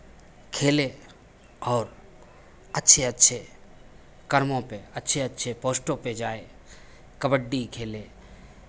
खेले और अच्छे अच्छे कामों पे अच्छे अच्छे पोस्टों पे जाए कबड्डी खेले